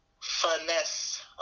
Finesse